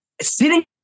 sitting